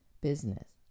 business